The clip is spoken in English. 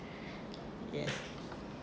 yes